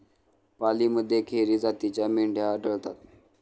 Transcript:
पालीमध्ये खेरी जातीच्या मेंढ्या आढळतात